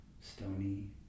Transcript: stony